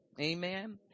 amen